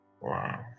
wow